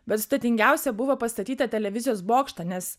bet sudėtingiausia buvo pastatyt tą televizijos bokštą nes